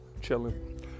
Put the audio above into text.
chilling